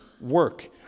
work